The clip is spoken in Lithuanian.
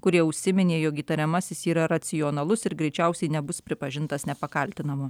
kurie užsiminė jog įtariamasis yra racionalus ir greičiausiai nebus pripažintas nepakaltinamu